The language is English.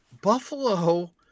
Buffalo